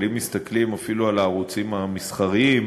אבל אם מסתכלים אפילו על הערוצים המסחריים,